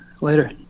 Later